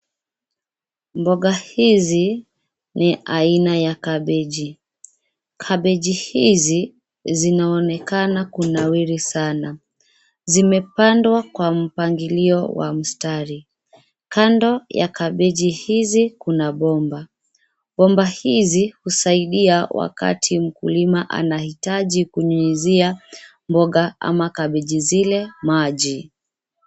Mboga hizi ni aina ya kabeji. Kabeji hizi zinaonekana kunawiri sana. Zimepandwa kwa mpangilio wa mstari. Kando ya kabeji hizi kuna bomba. Bomba hizi husaidia wakati mkulima anahitaji kunyunyizia mboga ama kabeji zile maji.